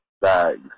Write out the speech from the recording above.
bags